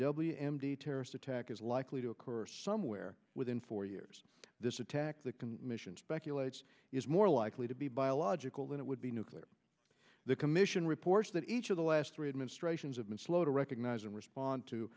w m d terrorist attack is likely to occur somewhere within four years this attack the commission speculates is more likely to be biological than it would be nuclear the commission reports that each of the last three administrations have been slow to recognize and respond to